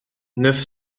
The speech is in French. neuf